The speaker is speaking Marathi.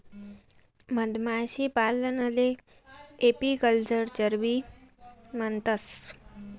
मधमाशीपालनले एपीकल्चरबी म्हणतंस